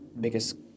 biggest